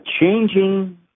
changing